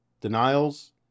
denials